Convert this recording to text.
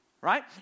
right